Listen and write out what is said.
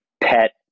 pet